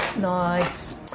Nice